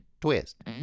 twist